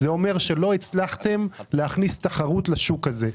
זה אומר שלא הצלחתם להכניס תחרות לשוק הזה.